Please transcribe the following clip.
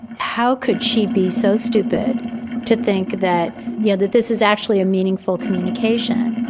how could she be so stupid to think that yeah that this is actually a meaningful communication?